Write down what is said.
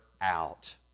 out